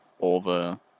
over